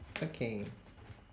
okay